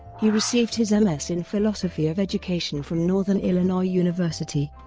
he received his m s. in philosophy of education from northern illinois university.